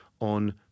on